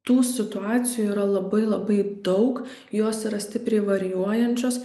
tų situacijų yra labai labai daug jos yra stipriai varijuojančios